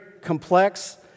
complex